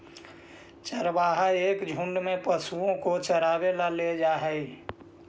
चरवाहा एक झुंड में पशुओं को चरावे ला ले जा हई